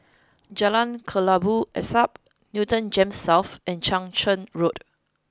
Jalan Kelabu Asap Newton Gems South and Chang Charn Road